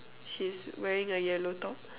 she's wearing a yellow top